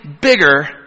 bigger